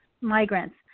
migrants